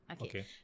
Okay